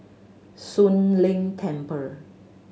Soon Leng Temple